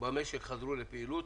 במשק חזרו לפעילות,